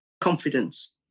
confidence